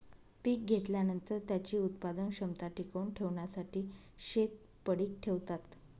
पीक घेतल्यानंतर, त्याची उत्पादन क्षमता टिकवून ठेवण्यासाठी शेत पडीक ठेवतात